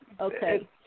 Okay